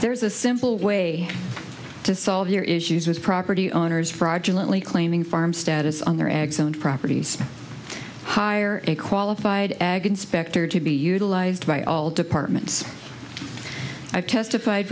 there's a simple way to solve your issues with property owners fraudulently claiming farm status on their excellent properties hire a qualified agone specter to be utilized by all departments i testified